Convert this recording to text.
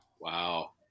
Wow